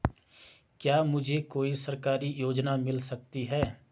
क्या मुझे कोई सरकारी योजना मिल सकती है?